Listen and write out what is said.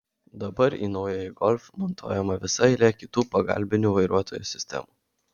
dabar į naująjį golf montuojama visa eilė kitų pagalbinių vairuotojo sistemų